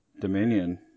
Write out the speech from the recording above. Dominion